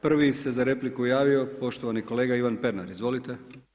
Prvi se za repliku javio poštovani kolega Ivan Pernar, izvolite.